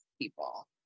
people